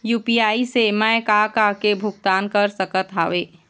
UPI से मैं का का के भुगतान कर सकत हावे?